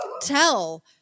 tell